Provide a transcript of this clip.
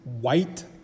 white